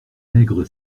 maigre